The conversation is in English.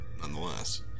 nonetheless